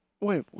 Wait